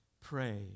pray